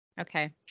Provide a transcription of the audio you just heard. okay